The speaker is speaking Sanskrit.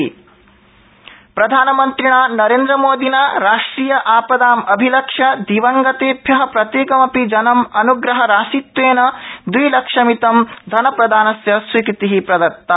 प्रधानमन्त्री मृतकानुदानराशि प्रधानमन्त्रिणा नरेन्द्रमोदिना राष्ट्रिय आपदामभिलक्ष्य दिवंगतेभ्य प्रत्येकमपि जन् अनुग्रहराशित्वेन द्विलक्षमितं धनप्रदानस्य स्वीकृति प्रदत्ता